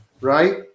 right